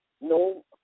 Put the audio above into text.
no